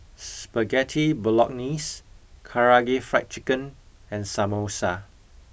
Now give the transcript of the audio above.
Spaghetti bolognese karaage fried chicken and samosa